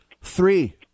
Three